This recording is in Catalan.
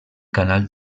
canal